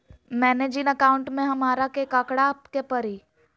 मैंने जिन अकाउंट में हमरा के काकड़ के परी?